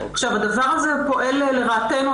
הדבר הזה פועל לרעתנו,